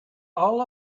all